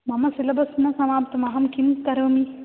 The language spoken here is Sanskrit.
मम सिलेबस् न समाप्तमहं किं करोमि